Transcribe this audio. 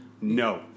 no